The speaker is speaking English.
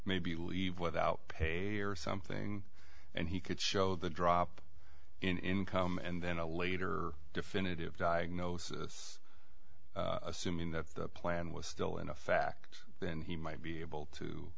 maybe leave without pay or something and he could show the drop in home and then a later definitive diagnosis assuming that the plan was still in effect then he might be able to